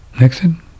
Nixon